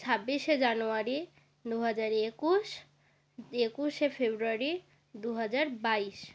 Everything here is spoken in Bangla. ছাব্বিশে জানুয়ারি দু হাজার একুশ একুশে ফেব্রুয়ারি দু হাজার বাইশ